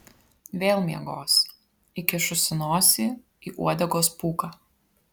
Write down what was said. vėl miegos įkišusi nosį į uodegos pūką